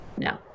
No